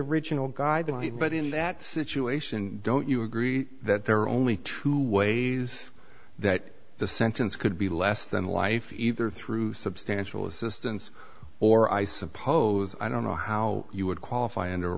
original guideline but in that situation don't you agree that there are only two ways that the sentence could be less than life either through substantial assistance or i suppose i don't know how you would qualify under